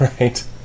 Right